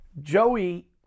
Joey